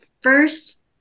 first